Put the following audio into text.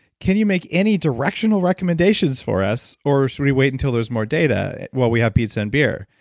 can you make any directional recommendations for us, or should we wait until there's more data, while we had pizza and beer,